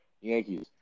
Yankees